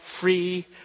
free